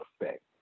effect